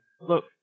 Look